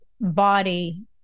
body